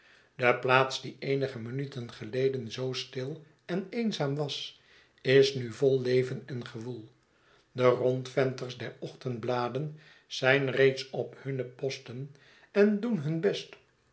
de plaats die eenige minuten geleden zoo stil en eenzaam was is nu vol leven en gewoel de rondventers der ochtendbladen zijn reeds op hunne posten en doen hun best